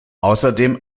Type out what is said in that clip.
außerdem